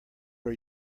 are